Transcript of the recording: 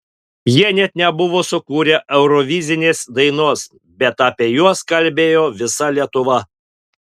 jie net nebuvo sukūrę eurovizinės dainos bet apie juos kalbėjo visa lietuva